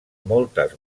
moltes